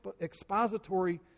expository